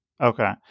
Okay